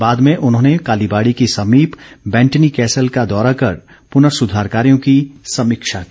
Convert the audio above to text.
बाद में उन्होंने कालीबाड़ी के समीप बैंटनी कैसल का दौरा कर पुनर्सुधार कार्यों की समीक्षा की